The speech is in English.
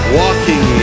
walking